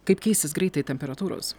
kaip keisis greitai temperatūros